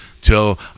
till